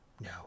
No